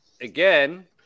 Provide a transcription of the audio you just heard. again